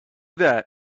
that